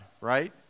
right